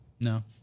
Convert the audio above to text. No